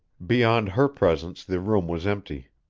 beyond her presence the room was empty.